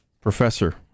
professor